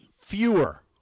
Fewer